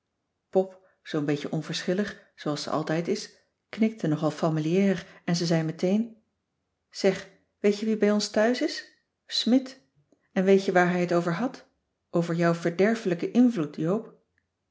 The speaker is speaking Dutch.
pop zoo'n beetje onverschillig zooals ze altijd is knikte nogal familiair en ze zei meteen zeg weet je wie bij ons thuis is smidt en weet je waar hij het over had over jouw verderfelijke invloed joop